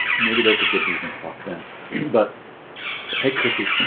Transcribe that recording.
maybe there's a good reason to talk then but take chrissie